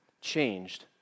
changed